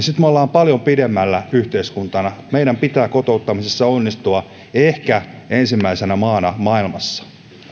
paljon pidemmällä yhteiskuntana meidän pitää kotouttamisessa onnistua ehkä ensimmäisenä maana maailmassa